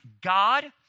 God